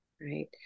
Right